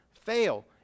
fail